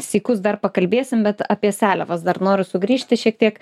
svykus dar pakalbėsim bet apie seliavas dar noriu sugrįžti šiek tiek